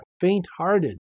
faint-hearted